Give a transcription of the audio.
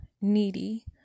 needy